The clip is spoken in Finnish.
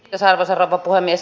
arvoisa rouva puhemies